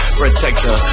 protector